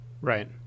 right